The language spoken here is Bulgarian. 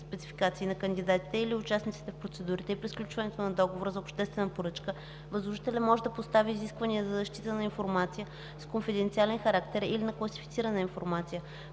спецификации на кандидатите или участниците в процедурите и при сключването на договора за обществена поръчка възложителят може да постави изисквания за защита на информация с конфиденциален характер или на класифицирана информация.